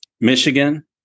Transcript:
Michigan